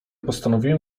postanowiłem